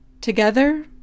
Together